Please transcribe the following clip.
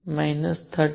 69 eV